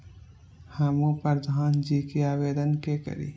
हमू प्रधान जी के आवेदन के करी?